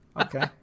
Okay